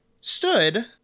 stood